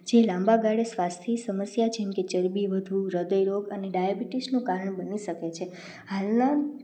જે લાંબાગાળે સ્વાસ્થ્ય સમસ્યા જેમકે ચરબી વધવું હૃદય રોગ અને ડાયાબિટીસનું કારણ બની શકે છે હાલના